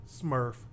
Smurf